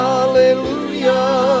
Hallelujah